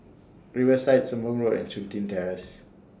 Riverside Sembong Road and Chun Tin Terrace